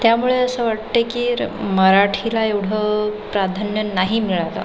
त्यामुळे असं वाटतं आहे की मराठीला एवढं प्राधान्य नाही मिळालं